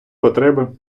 потреби